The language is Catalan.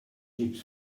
jeeps